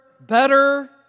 better